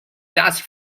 dust